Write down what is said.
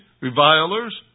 revilers